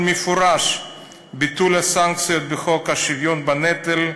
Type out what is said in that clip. מפורש ביטול הסנקציות בחוק השוויון בנטל,